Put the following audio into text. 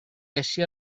essi